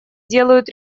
делают